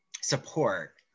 support